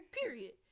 Period